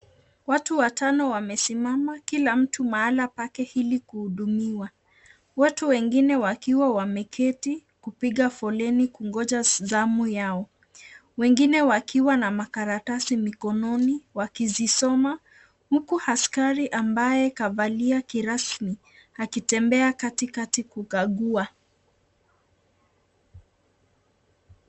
Watu watano wamesimama kila mtu mahala pake ili kuhudumiwa. Watu wengine wakiwa wameketi kupiga foleni ili wangoje zamu yao, wengine wakiwa na makaratasi mikononi wakizisoma huku askari ambaye kavalia kirasmi akitembea katikati kukagua.